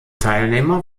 teilnehmer